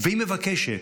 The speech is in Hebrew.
היא מבקשת: